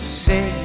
say